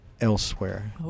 elsewhere